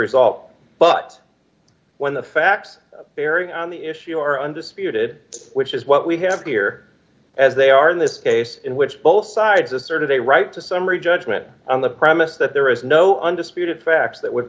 result but when the facts bearing on the issue are undisputed which is what we have here as they are in this case in which both sides asserted a right to summary judgment on the premise that there is no undisputed facts that w